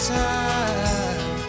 time